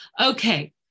Okay